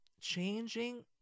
Changing